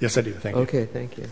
yes i think ok thank you